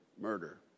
murder